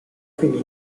finì